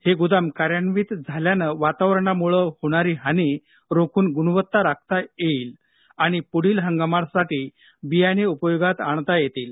हे गोदाम कार्यान्वित झाल्यानं वातावरणामुळे होणारी हानी रोखून गुणवत्ता राखता येईल आणि पुढील हंगामासाठी बियाणे उपयोगात आणता येतील